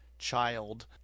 child